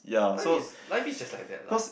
life is life is just like that lah